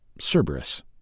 Cerberus